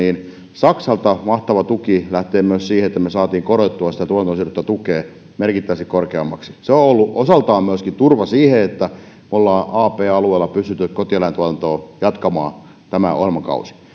saksalta mahtavan tuen lähteä myös siihen että me saimme korotettua sitä tuotantoon sidottua tukea merkittävästi korkeammaksi se on ollut osaltaan myöskin turva siihen että me olemme ab alueella pystyneet kotieläintuotantoa jatkamaan tämän ohjelmakauden